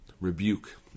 Rebuke